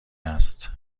است